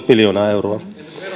miljoonaa euroa